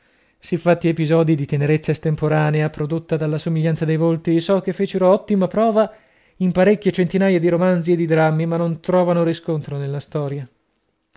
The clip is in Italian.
colpo siffatti episodii di tenerezza estemporanea prodotta dalla somiglianza dei volti so che fecero ottima prova in parecchie centinaia di romanzi e di drammi ma non trovano riscontro nella storia